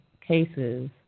cases